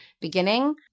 beginning